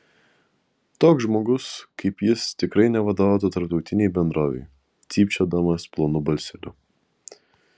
toks žmogus kaip jis tikrai nevadovautų tarptautinei bendrovei cypčiodamas plonu balseliu